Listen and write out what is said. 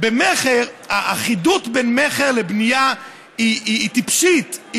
האחידות בין מכר לבנייה היא טיפשית,